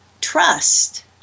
trust